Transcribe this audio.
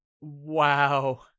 Wow